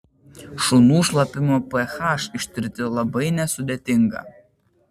šunų šlapimo ph ištirti labai nesudėtinga